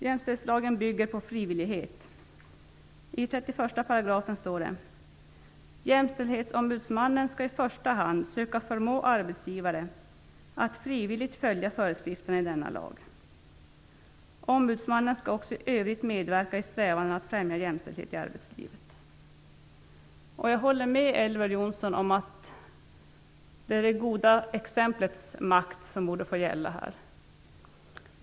Jämställdhetslagen bygger på frivillighet. I 31 § står: "Jämställdhetsombudsmannen skall i första hand söka förmå arbetsgivare att frivilligt följa föreskrifterna i denna lag. Ombudsmannen skall också i övrigt medverka i strävandena att främja jämställdhet i arbetslivet." Jag håller med Elver Jonsson om att det är det goda exemplets makt som här borde få gälla.